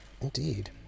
indeed